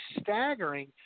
staggering